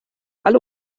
alle